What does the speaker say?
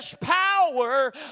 power